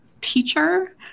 teacher